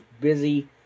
busy